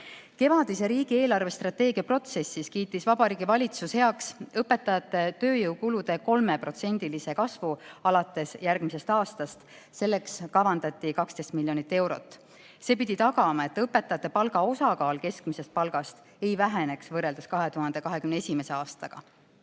Kevadises riigi eelarvestrateegia protsessis kiitis Vabariigi Valitsus heaks õpetajate tööjõukulude 3%‑lise kasvu alates järgmisest aastast. Selleks kavandati 12 miljonit eurot. See pidi tagama, et õpetajate palga osakaal keskmises palgas ei väheneks 2021. aastaga